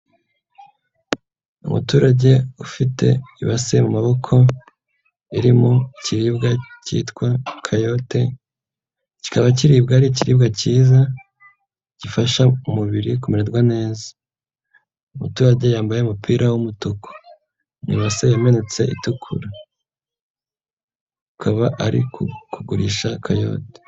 Umuturage ufite ibase mu maboko irimo kiribwa cyitwa kayote, kikaba kiribwa ari ikiribwa cyiza gifasha umubiri kumererwa neza, umuturage yambaye umupira w'umutuku, ibase yamenetse itukura, ukaba ari kugurisha kayote.